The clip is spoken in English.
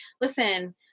Listen